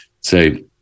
say